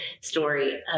story